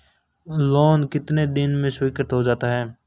Loan कितने दिन में स्वीकृत हो जाता है?